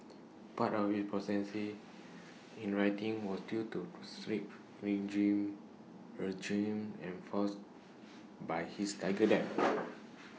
part of his proficiency in writing was due to strict regime enforced by his Tiger dad